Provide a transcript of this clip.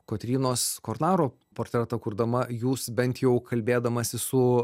kotrynos kornaro portretą kurdama jūs bent jau kalbėdamasi su